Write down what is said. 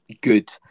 good